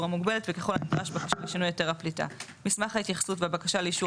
המוגבלת וככל הנדרש בקשה לשינוי היתר הפליטה; מסמך ההתייחסות והבקשה לאישור